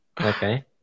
okay